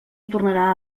tornarà